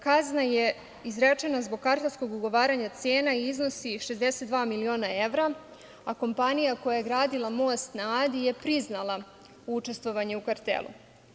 Kazna je izrečena zbog kartelskog ugovaranja cena i iznosi 62 miliona evra, a kompanija koja je gradila Most na Adi je priznala učestvovanje u kartelu.